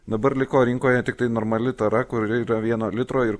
dabar liko rinkoje tiktai normali tara kuri yra vieno litro ir